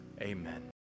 Amen